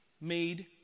made